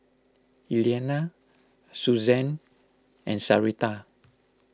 Elianna Suzanne and Sarita